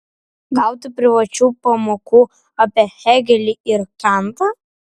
gauti privačių pamokų apie hėgelį ir kantą